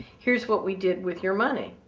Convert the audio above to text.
here's what we did with your money.